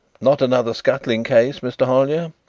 not another scuttling case, mr. hollyer?